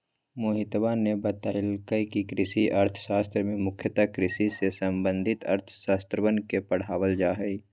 मोहितवा ने बतल कई कि कृषि अर्थशास्त्र में मुख्यतः कृषि से संबंधित अर्थशास्त्रवन के पढ़ावल जाहई